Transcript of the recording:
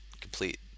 complete